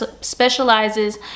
specializes